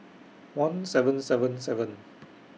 one seven seven seven